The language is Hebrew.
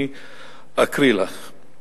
אני אקריא לך את השאילתא: